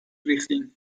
ریختین